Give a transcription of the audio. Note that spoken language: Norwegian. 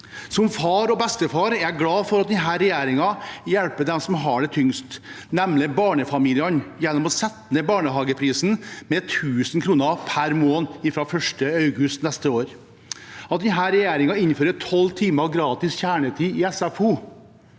Som far og bestefar er jeg glad for at denne regjeringen hjelper dem som har det tyngst, nemlig barnefamiliene, gjennom å sette ned barnehageprisen med 1 000 kr per måned fra 1. august neste år, og at denne regjeringen innfører 12 timer gratis kjernetid i SFO